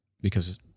Because-